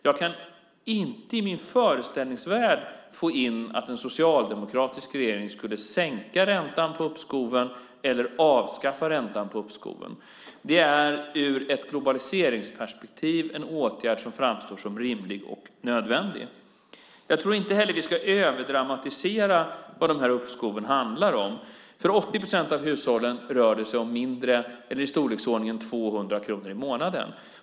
Jag kan inte i min föreställningsvärld få in att en socialdemokratisk regering skulle sänka eller avskaffa räntan på uppskoven. Det är i ett globaliseringsperspektiv en åtgärd som framstår som rimlig och nödvändig. Jag tror inte heller att vi ska överdramatisera vad uppskoven handlar om. För 80 procent av hushållen rör det sig om i storleksordningen 200 kronor i månaden.